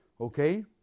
Okay